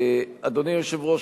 אדוני היושב-ראש,